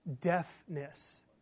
deafness